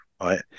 right